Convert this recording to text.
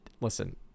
listen